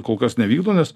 kol kas nevykdo nes